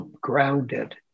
grounded